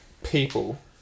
People